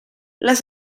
las